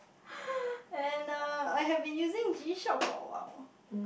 and uh I had been using G-Shock for a while